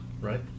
right